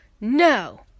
No